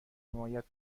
حمایت